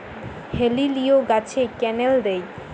হেলিলিও গাছে ক্যানেল দেয়?